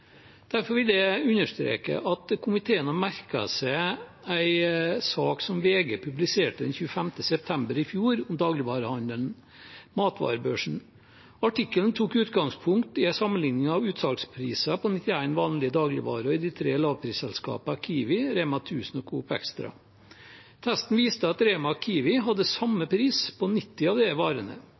Derfor vil jeg understreke at komiteen har merket seg en sak som VG publiserte den 25. september i fjor om dagligvarehandelen, matvarebørsen. Artikkelen tok utgangspunkt i en sammenligning av utsalgspriser på 91 vanlige dagligvarer i de tre lavprisselskapene Kiwi, REMA 1000 og Coop Extra. Testen viste at REMA og Kiwi hadde samme pris på 90 av disse varene.